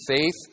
faith